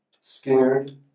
Scared